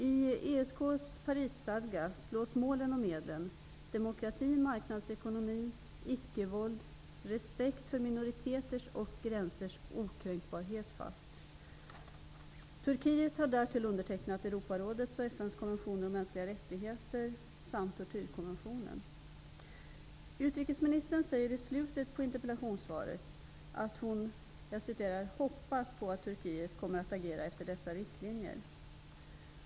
I ESK:s Parisstadga slås målen och medlen när det gäller demokrati, marknadsekonomi, icke-våld, respekt för minoriteters och gränsers okränkbarhet fast. Turkiet har därtill undertecknat Europarådets och FN:s konvention om mänskliga rättigheter samt konventionen om tortyr. Utrikesministern säger i slutet av interpellationssvaret att hon ''hoppas att Turkiet framdeles kommer att agera efter dessa riktlinjer.''